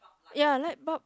ya light bulb